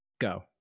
Go